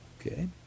okay